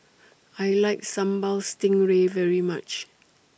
I like Sambal Stingray very much